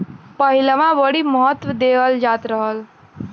पहिलवां बड़ी महत्त्व देवल जात रहल